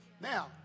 Now